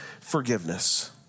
forgiveness